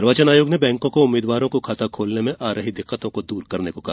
निर्वाचन आयोग ने बैंकों को उम्मीदवारों को खाता खोलने में आ रही दिक्कतों को दूर करने को कहा